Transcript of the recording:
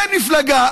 אין מפלגה.